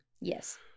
yes